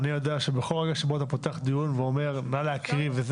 אני יודע שבכל רגע שבו אתה פותח דיון ואומר נא להקריא,